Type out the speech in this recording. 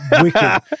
wicked